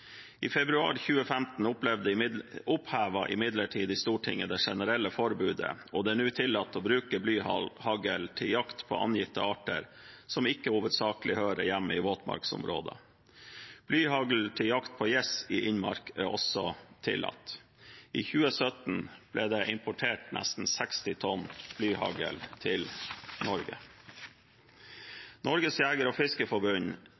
I februar 2015 opphevet imidlertid Stortinget det generelle forbudet, og det er nå tillatt å bruke blyhagl til jakt på angitte arter som ikke hovedsakelig hører hjemme i våtmarksområder. Blyhagl til jakt på gjess i innmark er også tillatt. I 2017 ble det importert nesten 60 tonn blyhagl til Norge. Norges Jeger- og